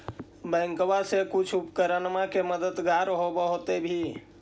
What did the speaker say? बैंकबा से कुछ उपकरणमा के मददगार होब होतै भी?